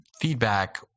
feedback